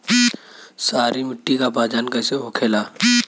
सारी मिट्टी का पहचान कैसे होखेला?